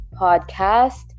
Podcast